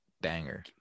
Banger